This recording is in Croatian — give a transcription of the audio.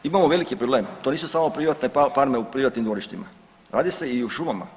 Imamo veliki problem, to nisu samo privatne palme u privatnim dvorištima, radi se i o šumama.